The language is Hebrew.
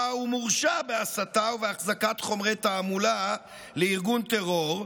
הוא מורשע בהסתה ובהחזקת חומרי תעמולה לארגון טרור,